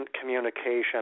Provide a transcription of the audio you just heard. communication